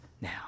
now